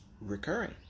recurring